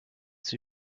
sie